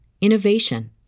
innovation